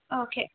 okay